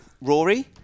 Rory